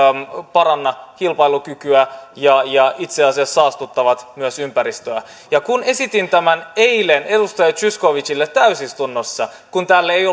paranna kilpailukykyä ja ja itse asiassa saastuttavat myös ympäristöä kun esitin tämän eilen edustaja zyskowiczille täysistunnossa kun täällä ei